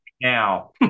now